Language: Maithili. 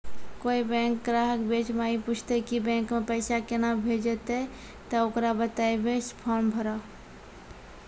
कोय बैंक ग्राहक बेंच माई पुछते की बैंक मे पेसा केना भेजेते ते ओकरा बताइबै फॉर्म भरो